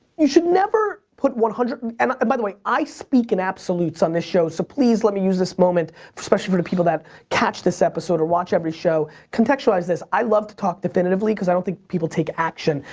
you should never put one hundred, and and by the way, i speak in absolutes on this show, so please let me use this moment, especially for the people that catch this episode, or watch every show, contextualize this. i love to talk definitively, cause i don't think people take action,